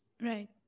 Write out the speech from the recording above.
Right